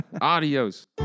Adios